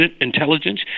intelligence